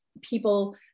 people